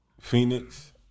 Phoenix